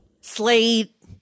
Slate